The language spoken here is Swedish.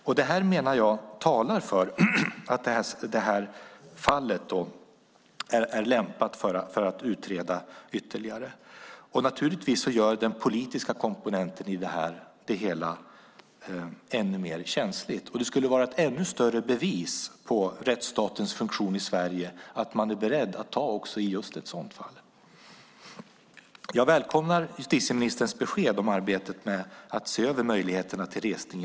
Jag menar att det talar för att detta fall är lämpat för att utreda ytterligare. Naturligtvis gör den politiska komponenten i detta det hela ännu mer känsligt. Det skulle vara ett ännu större bevis på rättsstatens funktion i Sverige att man är beredd att ta i också ett sådant fall. Jag välkomnar justitieministerns besked om arbetet med att se över möjligheterna till resning.